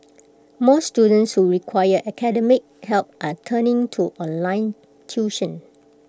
more students who require academic help are turning to online tuition